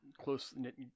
close-knit